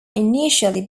initially